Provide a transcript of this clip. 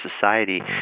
society